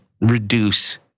reduce